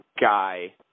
guy